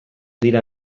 dira